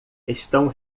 estão